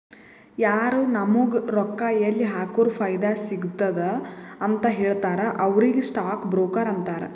ಯಾರು ನಾಮುಗ್ ರೊಕ್ಕಾ ಎಲ್ಲಿ ಹಾಕುರ ಫೈದಾ ಸಿಗ್ತುದ ಅಂತ್ ಹೇಳ್ತಾರ ಅವ್ರಿಗ ಸ್ಟಾಕ್ ಬ್ರೋಕರ್ ಅಂತಾರ